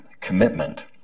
commitment